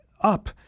up